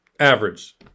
Average